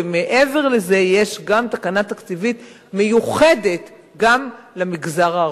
ומעבר לזה יש גם תקנה תקציבית מיוחדת למגזר הערבי.